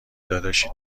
داداشی